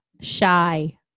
Shy